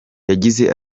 yagize